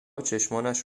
چشمانش